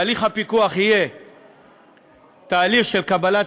בהליך הפיקוח יהיה תהליך של קבלת